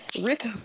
Rick